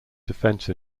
defense